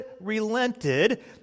relented